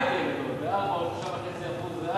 הסכם הרופאים.